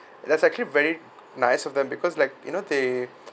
that's actually very nice of them because like you know they